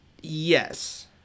Yes